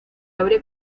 abre